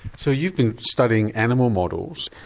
so you've been studying animal models,